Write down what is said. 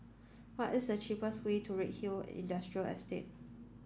what is the cheapest way to Redhill Industrial Estate